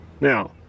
Now